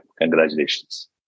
Congratulations